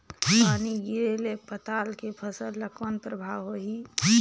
पानी गिरे ले पताल के फसल ल कौन प्रभाव होही?